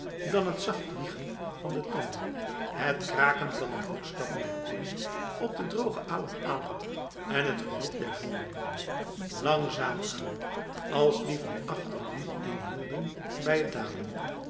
dan het zacht wiegelen van de tandoe het kraken van de voetstappen der koelies op de droge alang-alang en het geroep der voerlieden langzaamaan als die van achteren niet inhielden bij t dalen